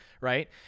right